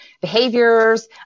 behaviors